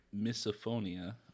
misophonia